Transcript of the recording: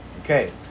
Okay